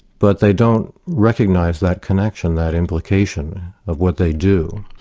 but they don't recognize that connection, that implication of what they do.